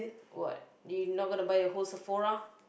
what do you not gonna buy the whole Sephora